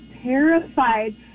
terrified